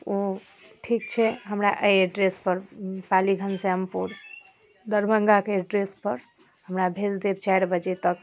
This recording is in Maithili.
ओ ठीक छै हमरा एहि एड्रेसपर पाली घनश्यामपुर दरभङ्गाके एड्रेसपर हमरा भेज देब चारि बजे तक